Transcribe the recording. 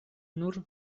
nur